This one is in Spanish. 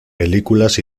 películas